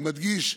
אני מדגיש: